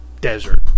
desert